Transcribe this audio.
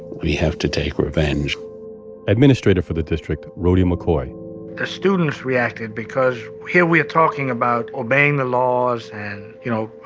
we have to take revenge administrator for the district, rhody mccoy the students reacted because here we're talking about obeying the laws and, you know,